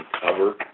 cover